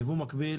יבוא מקביל